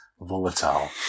volatile